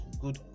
good